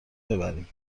ببرین